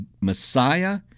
Messiah